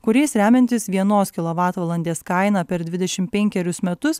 kuriais remiantis vienos kilovatvalandės kaina per dvidešimt penkerius metus